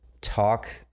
talk